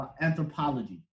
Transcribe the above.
anthropology